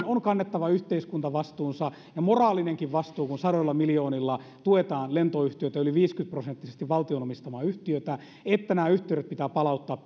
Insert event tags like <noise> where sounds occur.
on kannettava yhteiskuntavastuunsa ja moraalinenkin vastuu kun sadoilla miljoonilla tuetaan lentoyhtiötä yli viisikymmentä prosenttisesti valtion omistamaa yhtiötä että nämä yhteydet pitää palauttaa <unintelligible>